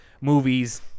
movies